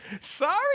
Sorry